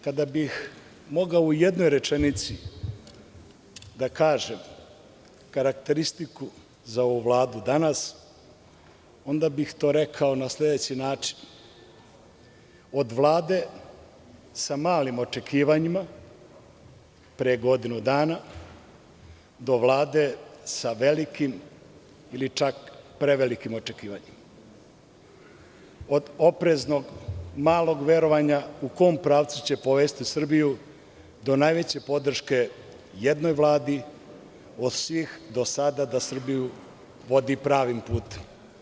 Kada bih mogao u jednoj rečenici da kažem karakteristiku za ovu Vladu danas onda bih to rekao na sledeći način - od Vlade sa malim očekivanjima pre godinu dana do Vlade sa velikim ili čak prevelikim očekivanjima, od opreznog malog verovanja u kom pravcu će povesti Srbiju do najveće podrške jednoj Vladi od svih do sada da Srbiju vodi pravim putem.